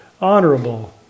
honorable